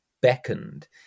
beckoned